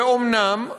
ואומנם,